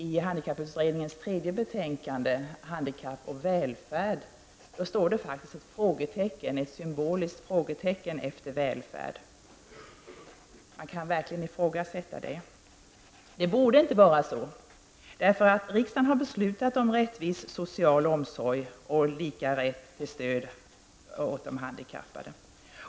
I Handikapp och välfärd?, står det faktiskt ett symboliskt frågetecken efter ''välfärd''. Man kan verkligen ifrågasätta välfärden. Det borde inte vara så -- riksdagen har beslutat om rättvis social omsorg och lika rätt till stöd åt de handikappade.